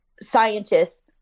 scientists